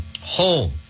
home